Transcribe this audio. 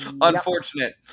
Unfortunate